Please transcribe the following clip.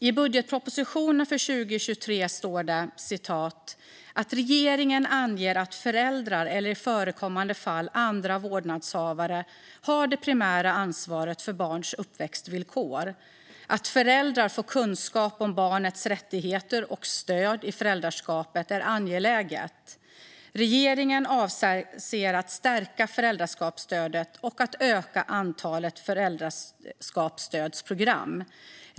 I budgetpropositionen för 2023 anger regeringen att föräldrar eller i förekommande fall andra vårdnadshavare har det primära ansvaret för barns uppväxtvillkor. Det står också att det är angeläget att föräldrar får kunskap om barnets rättigheter och stöd i föräldraskapet. Vidare skriver man: Regeringen avser att stärka föräldraskapsstödet och att öka antalet föräldraskapsstödsprogram.